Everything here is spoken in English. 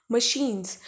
Machines